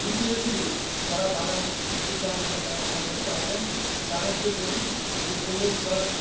প্রতিবেশীদের যারা বাগান করতে চান বা যা আমার কাছকে আসেন তাদেরকে বলি যে গোবর সার